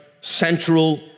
central